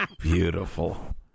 beautiful